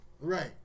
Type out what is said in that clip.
Right